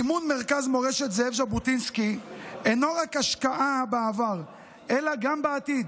מימון מרכז מורשת זאב ז'בוטינסקי אינו רק השקעה בעבר אלא גם בעתיד: